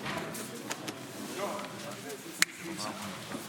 חברת הכנסת תמנו-שטה תברך את חבר הכנסת יבגני סובה.